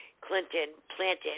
Clinton-planted